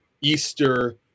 Easter